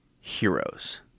heroes